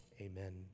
Amen